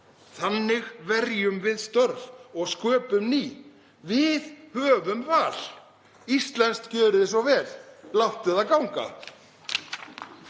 Þannig verjum við störf og sköpum ný. Við höfum val. Íslenskt – gjörið svo vel og Láttu það ganga.